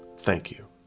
thank you.